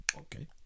Okay